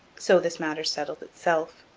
so this matter settled itself.